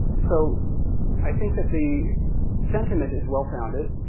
so i think that the sentiment is well founded.